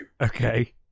Okay